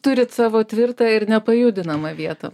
turit savo tvirtą ir nepajudinamą vietą